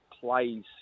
plays